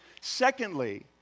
Secondly